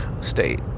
state